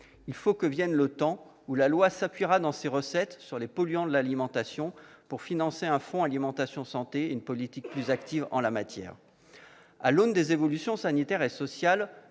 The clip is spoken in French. imaginait. Que vienne le temps où la loi s'appuiera sur des recettes prélevées sur les polluants de l'alimentation pour financer un fonds alimentation-santé ainsi qu'une politique plus active en la matière ! À l'aune des évolutions sanitaires et sociales,